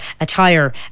attire